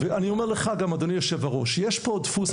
אני אומר לך, אדוני יושב-הראש, יש פה דפוס.